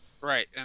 Right